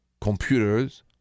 computers